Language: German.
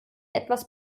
etwas